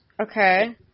Okay